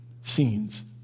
scenes